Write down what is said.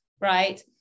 right